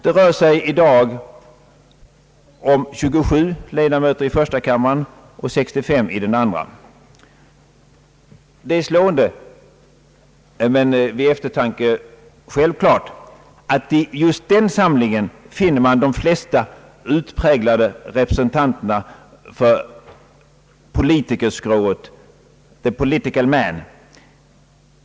Det rör sig i dag om 27 ledamöter i första kammaren och 65 i den andra. Det är slående, men vid eftertanke självklart, att man just i den samlingen finner de flesta utpräglade representanterna för politikerskrået, ”the political man”.